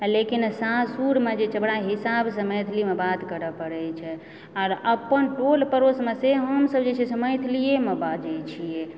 लेकिन सासुरमे जे छै से बड़ा हिसाबसंँ मैथिलीमे बात करै पड़ै छै आर अपन टोल पड़ोसमे से हमसब जे छै मैथिलिएमे बाजए छियै